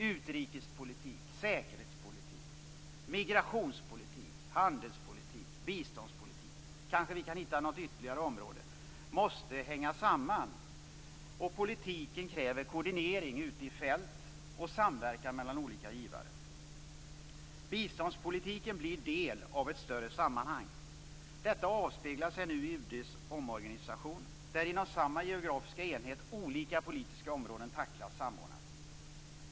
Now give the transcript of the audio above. Utrikespolitik, säkerhetspolitik, migrationspolitik, handelspolitik biståndspolitik - kanske kan vi hitta något ytterligare område - måste hänga samman. En sådan politik kräver koordinering ute på fältet och samverkan mellan olika givare. Biståndspolitiken blir en del av ett större sammanhang. Detta avspeglar sig nu i UD:s omorganisation, där inom samma geografiska enhet olika politiska områden tacklas samordnat.